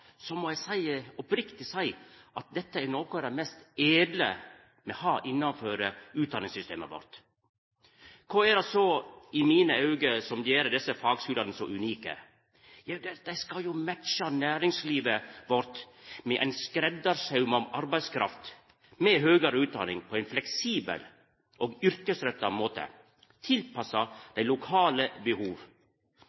så i mine auge som gjer desse fagskulane så unike? Jau, dei skal matcha næringslivet vårt med ei skreddarsydd arbeidskraft med høgare utdanning på ein fleksibel og yrkesretta måte, tilpassa